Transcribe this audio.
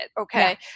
Okay